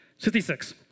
56